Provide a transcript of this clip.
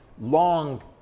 long